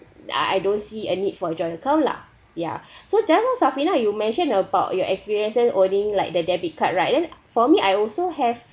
I I don't see a need for a joint account lah ya so just now safrina you mention about your experiences owning like the debit card right then for me I also have